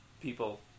people